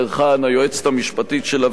היועצת המשפטית של הוועדה.